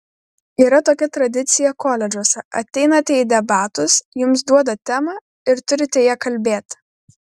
yra tokia tradicija koledžuose ateinate į debatus jums duoda temą ir turite ja kalbėti